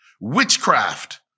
witchcraft